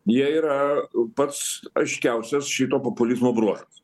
jie yra pats aiškiausias šito populizmo bruožas